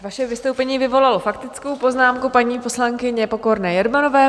Vaše vystoupení vyvolalo faktickou poznámku paní poslankyně Pokorné Jermanové.